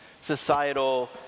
societal